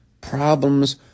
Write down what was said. Problems